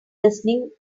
listening